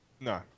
No